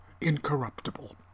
incorruptible